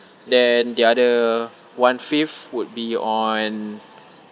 then the other one fifth would be on